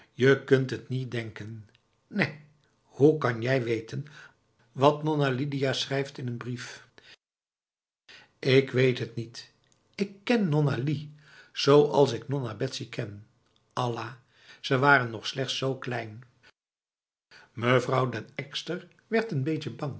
je kunt het niet denken nèh hoe kan jij weten wat nonna lidia schrijft in een brief ik weet het niet ik ken nonna li zoals ik nonna betsy ken allah ze waren nog slechts z kleinf mevrouw den ekster werd een beetje